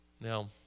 Now